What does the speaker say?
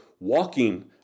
walking